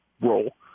role